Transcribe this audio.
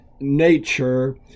nature